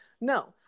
No